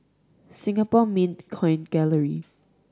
Singapore Mint Coin Gallery